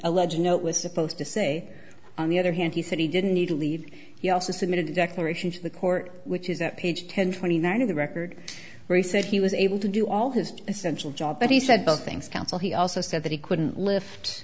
alleged note was supposed to say on the other hand he said he didn't need to leave he also submitted a declaration to the court which is that page ten twenty nine of the record where he said he was able to do all his essential job but he said both things counsel he also said that he couldn't lift